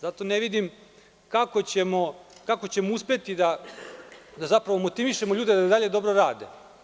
Zato ne vidim kako ćemo uspeti da motivišemo ljude da i dalje dobro rade?